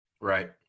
right